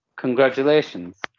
Congratulations